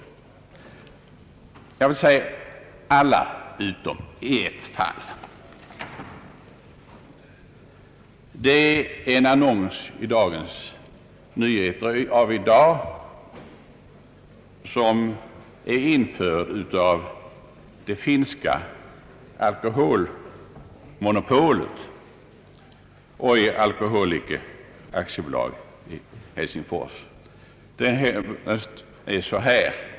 Detta gäller alla annonser utom en. Det är en annons i Dagens Nyheter av i dag som är införd av det finska alkoholmonopolet, OY Alkoholiliike AB, Helsingfors.